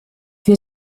wir